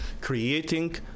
creating